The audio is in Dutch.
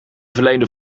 verleende